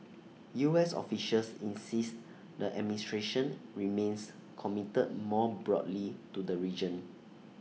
U S officials insist the administration remains committed more broadly to the region